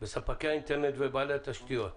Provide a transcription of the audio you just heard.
בספקי האינטרנט ובעלי התשתיות.